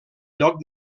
lloc